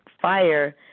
fire